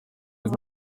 gusa